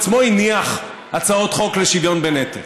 הניח הצעות חוק לשוויון בנטל.